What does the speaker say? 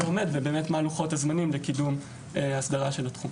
עומד ומה לוחות הזמנים לקידום הסדרה של התחום.